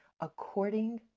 according